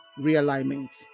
realignment